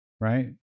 right